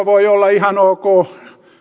voi olla ihan ok